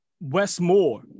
Westmore